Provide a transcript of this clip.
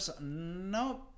Nope